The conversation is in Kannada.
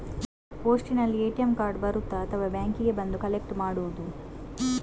ಪೋಸ್ಟಿನಲ್ಲಿ ಎ.ಟಿ.ಎಂ ಕಾರ್ಡ್ ಬರುತ್ತಾ ಅಥವಾ ಬ್ಯಾಂಕಿಗೆ ಬಂದು ಕಲೆಕ್ಟ್ ಮಾಡುವುದು?